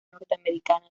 norteamericana